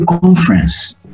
conference